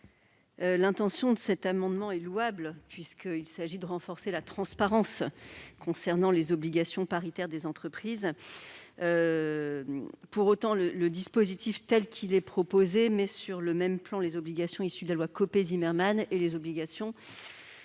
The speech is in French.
auteurs de cet amendement est louable, puisqu'il s'agit de renforcer la transparence concernant les obligations paritaires des entreprises. Cependant, le dispositif tel qu'il est proposé met sur le même plan les obligations issues de la loi Copé-Zimmermann et celles qui figurent